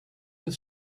his